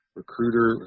recruiter